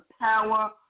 power